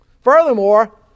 furthermore